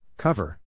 Cover